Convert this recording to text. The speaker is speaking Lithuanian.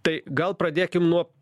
tai gal pradėkim nuo